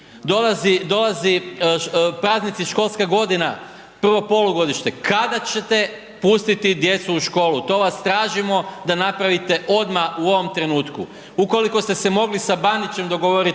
dolaze praznici, školska godina, prvo polugodište, kada ćete pustiti djecu u školu? To vas tražimo da napravite odmah u ovom trenutku. Ukoliko ste se mogli sa Bandićem dogovoriti